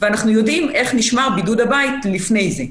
ואנחנו יודעים איך נשמר בידוד הבית לפני זה.